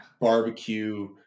Barbecue